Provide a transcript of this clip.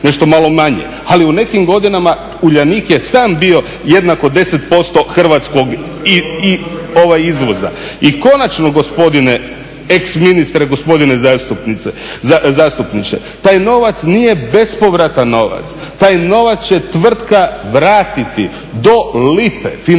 Ali u nekim godinama Uljanik je sam bio jednako 10% hrvatskog izvoza. I konačno gospodine ex ministre gospodine zastupniče, taj novac nije bespovratan novac, taj novac će tvrtka vratiti do lipe. Financiranje